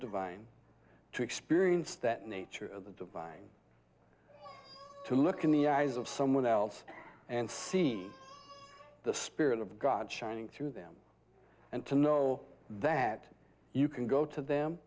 divine to experience that nature of the divine to look in the eyes of someone else and see the spirit of god shining through them and to know that you can go to them